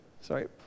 Sorry